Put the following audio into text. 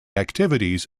activities